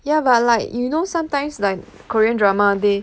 yah but like you know sometimes like Korean drama they